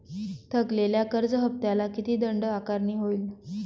थकलेल्या कर्ज हफ्त्याला किती दंड आकारणी होईल?